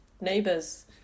neighbors